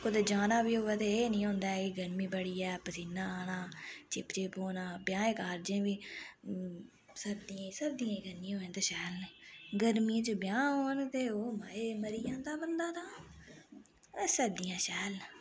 कुतै जाना बी होऐ ते एह् नी होंदा ऐ एह् गर्मी बड़ी ऐ पसीना आना चिप चिप होना ब्याहें कारजें बी सर्दियें सर्दियें करनी होऐ ते शैल न गर्मियें च ब्याह् होन ते ओह् माए मरी जंदा बंदा तां सर्दियां शैल न